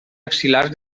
axil·lars